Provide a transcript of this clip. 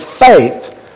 faith